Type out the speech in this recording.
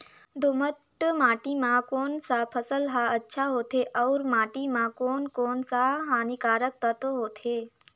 दोमट माटी मां कोन सा फसल ह अच्छा होथे अउर माटी म कोन कोन स हानिकारक तत्व होथे?